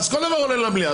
כל דבר עולה למליאה.